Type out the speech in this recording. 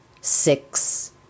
six